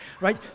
right